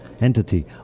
entity